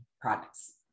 products